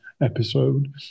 episode